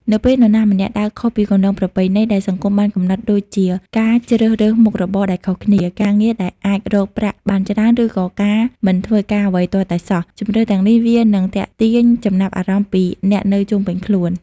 នៅពេលនរណាម្នាក់ដើរខុសពីគន្លងប្រពៃណីដែលសង្គមបានកំណត់ដូចជា ការជ្រើសរើសមុខរបរដែលខុសគេ ការងារដែលអាចរកប្រាក់បានច្រើន ឬក៏ការមិនធ្វើការអ្វីទាល់តែសោះ ជម្រើសទាំងនេះវានឹងទាក់ទាញចំណាប់អារម្មណ៍ពីអ្នកនៅជុំវិញខ្លួន។